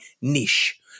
niche